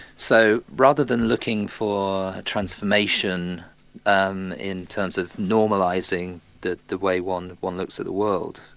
so rather than looking for a transformation um in terms of normalising the the way one one looks at the world,